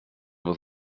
with